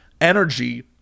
energy